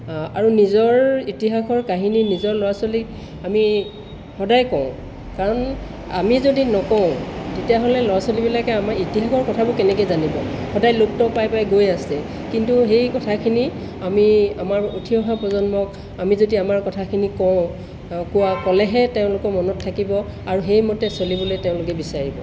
আৰু নিজৰ ইতিহাসৰ কাহিনী নিজৰ ল'ৰা ছোৱালীক আমি সদায় কওঁ কাৰণ আমি যদি নকওঁ তেতিয়াহ'লে ল'ৰা ছোৱালীবিলাকে আমাৰ ইতিহাসৰ কথাবোৰ কেনেকৈ জানিব সদায় লুপ্ত পাই পাই গৈ আছে কিন্তু সেই কথাখিনি আমি আমাৰ উঠি অহা প্ৰজন্মক আমি যদি আমাৰ কথাখিনি কওঁ কোৱা ক'লেহে তেওঁলোকৰ মনত থাকিব আৰু সেইমতে চলিবলৈ তেওঁলোকে বিচাৰিব